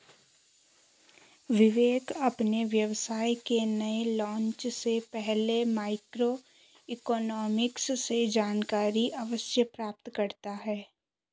विवेक अपने व्यवसाय के नए लॉन्च से पहले माइक्रो इकोनॉमिक्स से जानकारी अवश्य प्राप्त करता है